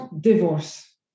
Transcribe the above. divorce